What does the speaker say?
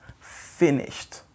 finished